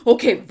Okay